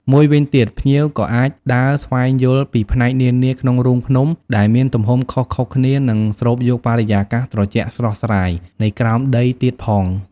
មួយវិញទៀត ភ្ញៀវក៏អាចដើរស្វែងយល់ពីផ្នែកនានាក្នុងរូងភ្នំដែលមានទំហំខុសៗគ្នានិងស្រូបយកបរិយាកាសត្រជាក់ស្រស់ស្រាយនៃក្រោមដីទៀតផង។